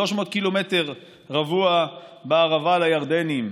300 קמ"ר בערבה לירדנים,